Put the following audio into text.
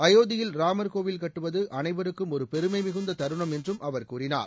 அயோத்தியில் ராம்கோவில் கட்டுவது அனைவருக்கும் ஒரு பெருமைமிகுந்த தருணம் என்றும் அவர் கூறினார்